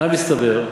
מה הסתבר?